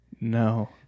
No